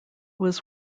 was